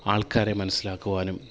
ആൾക്കാരെ മനസ്സിലാക്കുവാനും